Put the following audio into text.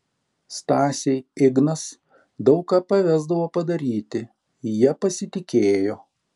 stasei ignas daug ką pavesdavo padaryti ja pasitikėjo